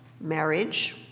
marriage